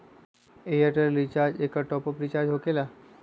Airtel recharge एकर top off recharge होकेला?